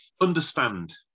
understand